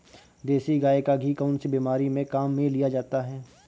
देसी गाय का घी कौनसी बीमारी में काम में लिया जाता है?